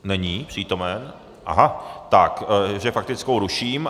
Není přítomen, takže faktickou ruším.